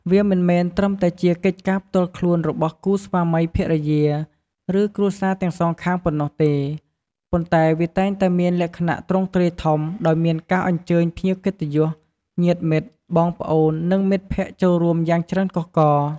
វាមិនមែនត្រឹមតែជាកិច្ចការផ្ទាល់ខ្លួនរបស់គូស្វាមីភរិយា ឬគ្រួសារទាំងសងខាងប៉ុណ្ណោះទេ ប៉ុន្តែវាតែងតែមានលក្ខណៈទ្រង់ទ្រាយធំ ដោយមានការអញ្ជើញភ្ញៀវកិត្តិយស ញាតិមិត្ត បងប្អូន និងមិត្តភក្តិចូលរួមយ៉ាងច្រើនកុះករ។